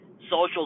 social